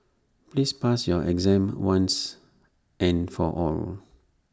please pass your exam once and for all